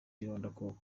irondakoko